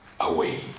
away